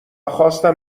خواستم